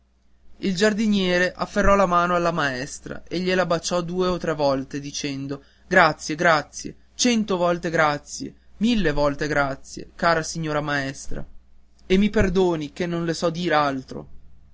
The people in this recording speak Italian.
il giardiniere afferrò la mano alla maestra e gliela baciò due o tre volte dicendo grazie grazie cento volte grazie mille volte grazie cara signora maestra e mi perdoni che non le so dir altro